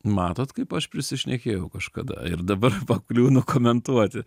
matot kaip aš prisišnekėjau kažkada ir dabar pakliūnu komentuoti